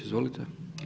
Izvolite.